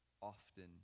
often